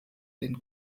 den